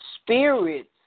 spirits